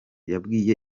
yabwiye